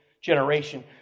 generation